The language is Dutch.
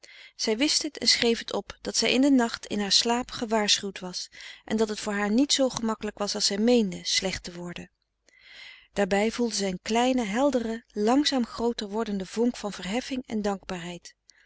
zij wist het en schreef het op dat zij in den nacht in haar slaap gewaarschuwd was en dat het voor haar niet zoo gemakkelijk was frederik van eeden van de koele meren des doods als zij meende slecht te worden daarbij voelde zij een kleine heldere langzaam grooter wordende vonk van verheffing en dankbaarheid